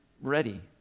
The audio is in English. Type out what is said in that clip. ready